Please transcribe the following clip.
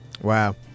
Wow